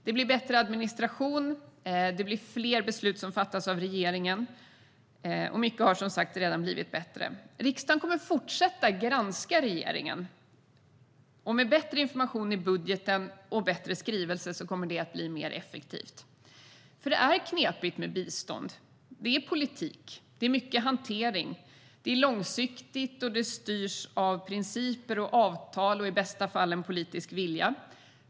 Det blir bättre administration och fler beslut som fattas av regeringen. Mycket har som sagt redan blivit bättre. Riksdagen kommer att fortsätta att granska regeringen. Med bättre information i budgeten och en bättre skrivelse kommer det arbetet att bli mer effektivt. Det är knepigt med bistånd. Det är politik och mycket hantering. Det är långsiktigt, och det styrs av principer, avtal och i bästa fall en politisk vilja.